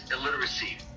illiteracy